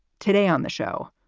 today on the show,